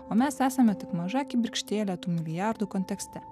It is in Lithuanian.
o mes esame tik maža kibirkštėlė tų milijardų kontekste